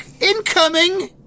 Incoming